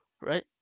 Right